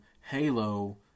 Halo